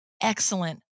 excellent